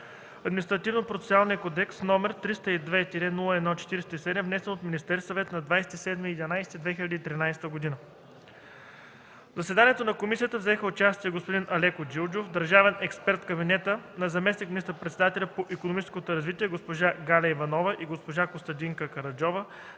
Административнопроцесуалния кодекс, № 302-01-47, внесен от Министерския съвет на 27 ноември 2013 г. В заседанието на комисията взеха участие господин Алеко Джилджов – държавен експерт в кабинета на заместник министър-председателя по икономическото развитие, госпожа Галя Иванова и госпожа Костадинка Караджова